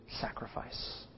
sacrifice